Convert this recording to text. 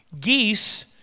Geese